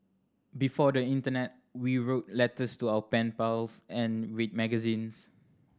before the internet we wrote letters to our pen pals and read magazines